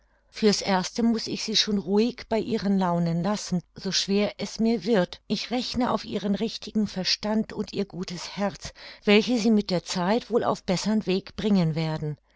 für's erste muß ich sie schon ruhig bei ihren launen lassen so schwer es mir wird ich rechne auf ihren richtigen verstand und ihr gutes herz welche sie mit der zeit wohl auf bessern weg bringen werden